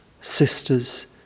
sisters